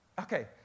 Okay